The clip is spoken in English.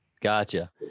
Gotcha